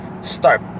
start